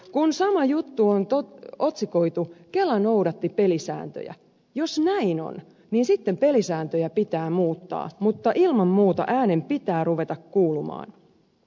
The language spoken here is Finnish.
kun sama juttu on otsikoitu kela noudatti pelisääntöjä jos näin on niin sitten pelisääntöjä pitää muuttaa mutta ilman muuta äänen pitää ruveta kuulumaan